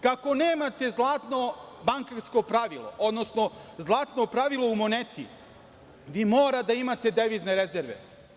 Kako nemate zlatno bankarsko pravilo, odnosno zlatno pravilo u moneti, vi mora da imate devizne rezerve.